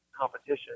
competition